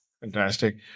Fantastic